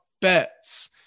bets